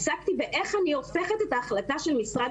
עסקתי באיך אני הופכת את ההחלטה של משרד